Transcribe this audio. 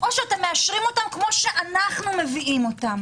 או אתם מאשרים אותם כמו שאנחנו מביאים אותם,